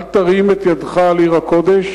אל תרים את ידך על עיר הקודש.